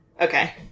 Okay